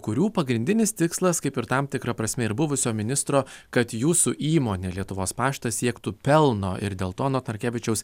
kurių pagrindinis tikslas kaip ir tam tikra prasme ir buvusio ministro kad jūsų įmonė lietuvos paštas siektų pelno ir dėl to anot narkevičiaus